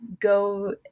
go